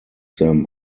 them